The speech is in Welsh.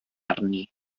arni